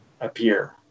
appear